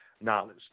knowledge